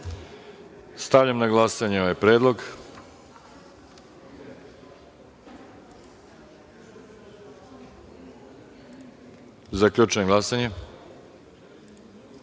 Stavljam na glasanje ovaj predlog. Zaključujem glasanje: